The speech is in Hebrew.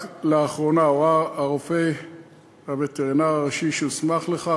רק לאחרונה הורה הרופא הווטרינר הראשי שהוסמך לכך